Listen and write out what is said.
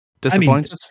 disappointed